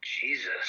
Jesus